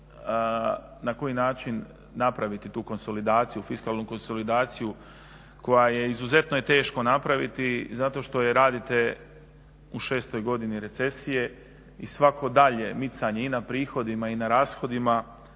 na koji način napraviti tu fiskalnu konsolidaciju koju je izuzetno teško napraviti zato što je radite u 6.godini recesije i svako dalje micanje i na prihodima i na rashodima